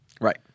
Right